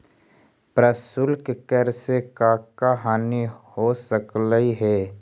प्रशुल्क कर से का का हानि हो सकलई हे